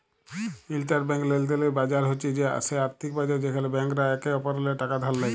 interbank লেলদেলের বাজার হছে সে আথ্থিক বাজার যেখালে ব্যাংকরা একে অপরেল্লে টাকা ধার লেয়